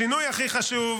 השינוי הכי חשוב